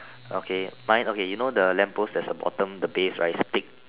okay mine okay you know the lamp post there is a bottom the base right is thick